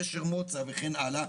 גשר מוצא וכן הלאה.